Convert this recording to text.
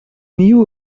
knew